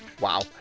Wow